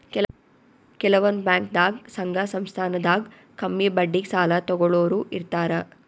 ಕೆಲವ್ ಬ್ಯಾಂಕ್ದಾಗ್ ಸಂಘ ಸಂಸ್ಥಾದಾಗ್ ಕಮ್ಮಿ ಬಡ್ಡಿಗ್ ಸಾಲ ತಗೋಳೋರ್ ಇರ್ತಾರ